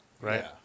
right